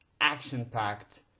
action-packed